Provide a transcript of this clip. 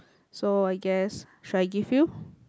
so I guess should I give you